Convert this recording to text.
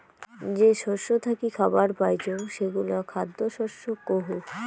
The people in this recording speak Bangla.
যে শস্য থাকি খাবার পাইচুঙ সেগুলা খ্যাদ্য শস্য কহু